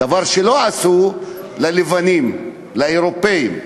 דבר שלא עשו ללבנים, לאירופים,